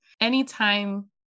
anytime